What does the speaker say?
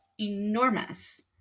enormous